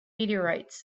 meteorites